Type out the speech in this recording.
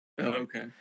okay